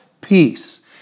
peace